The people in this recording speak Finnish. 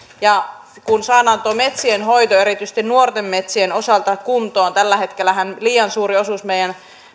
ja kun saadaan tuo metsien hoito erityisesti nuorten metsien osalta kuntoon tällä hetkellähän liian suuri osuus varsinkin meidän